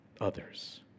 others